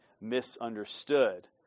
misunderstood